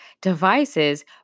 devices